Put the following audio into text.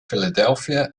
philadelphia